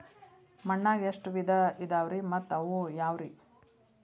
ಮಣ್ಣಾಗ ಎಷ್ಟ ವಿಧ ಇದಾವ್ರಿ ಮತ್ತ ಅವು ಯಾವ್ರೇ?